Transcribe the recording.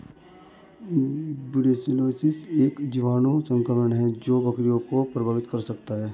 brucellosis एक जीवाणु संक्रमण है जो बकरियों को प्रभावित कर सकता है